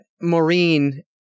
Maureen